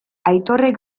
aitorrek